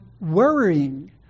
worrying